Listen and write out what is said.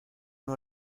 uno